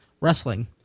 wrestling